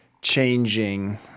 changing